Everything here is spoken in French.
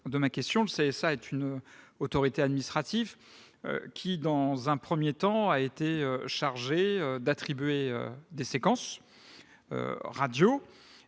au CSA ? Le CSA est une autorité administrative qui, dans un premier temps, a été chargée d'attribuer des fréquences radio